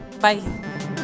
bye